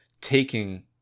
taking